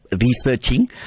researching